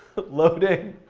loading,